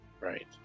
right